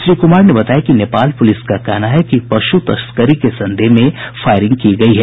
श्री कुमार ने बताया कि नेपाल प्रलिस का कहना है कि पश् तस्करी के संदेह में फायरिंग की गयी है